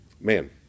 Man